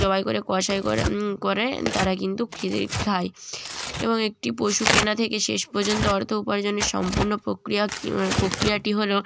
জবাই করে কসাই করা করে তারা কিন্তু খায় এবং একটি পশু কেনা থেকে শেষ পর্যন্ত অর্থ উপার্জনের সম্পূর্ণ প্রক্রিয়া কী মানে প্রক্রিয়াটি হল